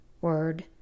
word